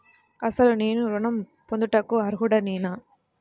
అసలు నేను ఋణం పొందుటకు అర్హుడనేన?